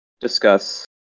discuss